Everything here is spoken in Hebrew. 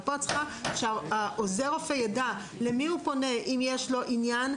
אבל פה את צריכה שעוזר הרופא ידע אל מי הוא פונה אם יש לו עניין.